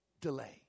delay